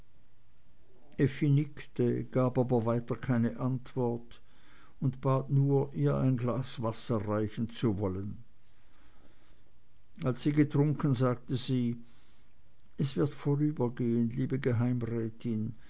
gab aber weiter keine antwort und bat nur ihr ein glas wasser reichen zu wollen als sie getrunken sagte sie es wird vorübergehen liebe